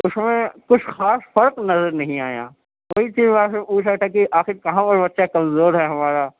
اس میں کچھ خاص فرق نظر نہیں آیا وہی چیز میں آپ سے پوچھ رہا تھا کہ آخر کہاں پر بچہ کمزور ہے ہمارا